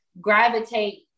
gravitate